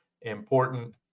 important